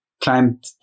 climbed